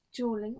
jawling